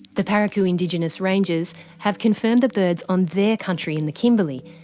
the paraku indigenous rangers have confirmed the birds on their country in the kimberly,